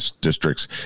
districts